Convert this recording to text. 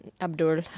Abdul